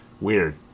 weird